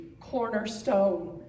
cornerstone